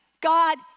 God